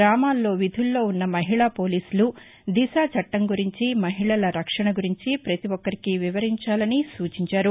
గ్రామాల్లో విధుల్లో ఉన్న మహిళా పోలీసులు దిశ చట్టం గురించి మహిళల రక్షణ గురించి ప్రతి ఒక్కరికి వివరించాలని సూచించారు